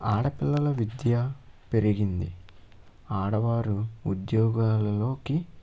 ఆడపిల్లల విద్య పెరిగింది ఆడవారు ఉద్యోగాలలోకి